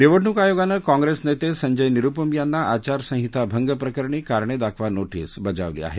निवडणूक आयोगानं काँग्रेस नेते संजय निरुपम यांना आचार संहिता भंग प्रकरणी कारणे दाखवा नोटीस बजावली आहे